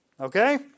Okay